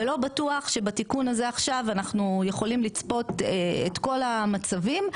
ולא בטוח שבתיקון הזה עכשיו אנחנו יכולים לצפות את כל המצבים,